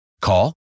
Call